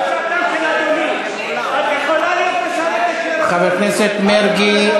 הוא אומר לך שהגזמת, את יכולה, חבר הכנסת מרגי.